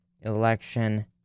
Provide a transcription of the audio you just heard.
election